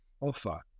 offer